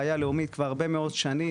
בעיה לאומית כבר הרבה מאוד שנים,